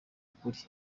ukuri